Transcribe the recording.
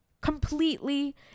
completely